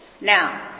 Now